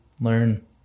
learn